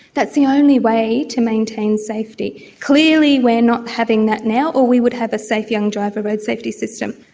that's the only way to maintain safety. clearly we are not having that now or we would have a safe young driver road safety system.